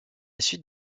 suite